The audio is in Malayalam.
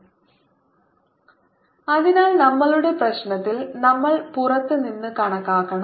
A 0Rωσrsinθ3 r≤R 0R4ωσsinθ3r2 r≥R അതിനാൽ നമ്മളുടെ പ്രശ്നത്തിൽ നമ്മൾ പുറത്ത് നിന്ന് കണക്കാക്കണം